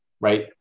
right